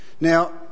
Now